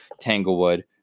tanglewood